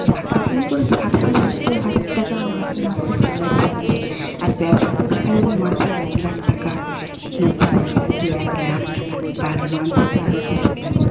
চাকরি ধরুন করে ষাট হাজার সত্তর হাজার টাকা মাসে মাসে স্যালারি পাচ্ছে আর ব্যবসাতে দেখা যাবে মাসে এক লাখ টাকা নব্বই হাজার কী এক লাখ টাকা পার মান্থ তার হচ্ছে স্যালারি